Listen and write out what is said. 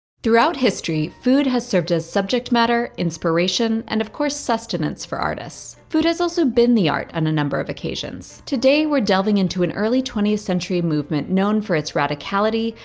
throughout history, food has served as subject matter, inspiration, and of course, sustenance for artists. food has also been the art on a number of occasions. today, we're delving into an early twentieth century movement known for its radicality,